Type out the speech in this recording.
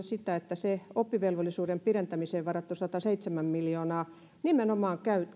sitä että oppivelvollisuuden pidentämiseen varatut sataseitsemän miljoonaa